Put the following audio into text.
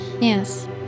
Yes